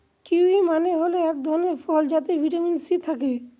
kiwi মানে হল এক ধরনের ফল যাতে ভিটামিন সি থাকে